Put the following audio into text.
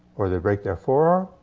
or they break their forearm,